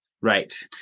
right